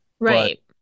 Right